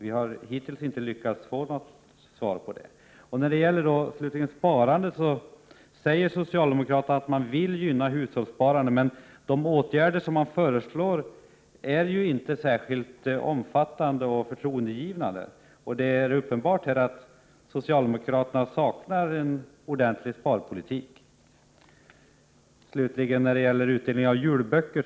Vi har hittills inte lyckats få något svar. När det gäller sparandet säger socialdemokraterna att man vill gynna hushållssparandet. Men de åtgärder som föreslås är inte särskilt omfattande och förtroendeingivande. Det är uppenbart att socialdemokraterna saknar en ordentlig sparpolitik. Slutligen om detta med utdelning av julböcker.